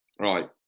right